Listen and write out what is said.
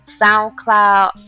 SoundCloud